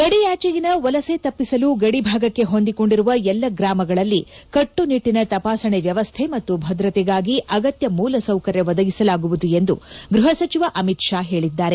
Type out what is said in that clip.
ಗಡಿಯಾಚೆಗಿನ ವಲಸೆ ತಪ್ಪಿಸಲು ಗಡಿಭಾಗಕ್ಕೆ ಹೊಂದಿಕೊಂಡಿರುವ ಎಲ್ಲ ಗ್ರಾಮಗಳಲ್ಲಿ ಕಟ್ಟುನಿಟ್ಟಿನ ತಪಾಸಣಾ ವ್ಯವಸ್ಥೆ ಮತ್ತು ಭದ್ರತೆಗಾಗಿ ಅಗತ್ತ ಮೂಲಸೌಕರ್ಯ ಒದಗಿಸಲಾಗುವುದು ಎಂದು ಗೃಹ ಸಚಿವ ಅಮಿತ್ ಶಾ ಹೇಳಿದ್ದಾರೆ